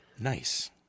nice